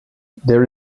there